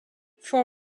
for